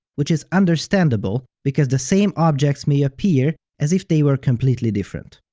which is understandable, because the same objects may appear as if they were completely different.